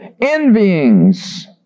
Envyings